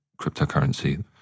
cryptocurrency